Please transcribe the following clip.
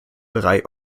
drei